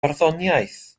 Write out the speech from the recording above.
barddoniaeth